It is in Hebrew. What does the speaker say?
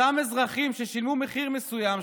אותם אזרחים ששילמו מחיר מסוים,